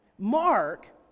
Mark